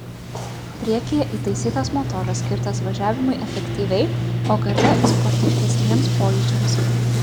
priekyje įtaisytas motoras skirtas važiavimui efektyviai o gale sportiškesniems pojūčiams